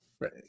Right